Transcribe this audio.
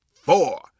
four